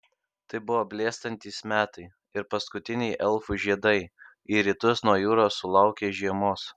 tai buvo blėstantys metai ir paskutiniai elfų žiedai į rytus nuo jūros sulaukė žiemos